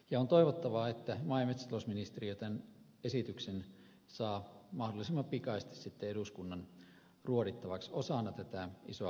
ja on toivottavaa että maa ja metsätalousministeriö tämän esityksen saa mahdollisimman pikaisesti eduskunnan ruodittavaksi osana tätä isoa pakettia